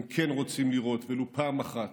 הם כן רוצים לראות ולו פעם אחת,